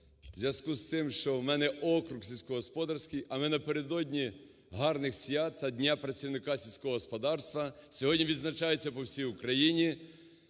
в зв'язку з тим, що в мене округ сільськогосподарський, а ми напередодні гарних свят, Дня працівника сільського господарства, сьогодні відзначається по всій Україні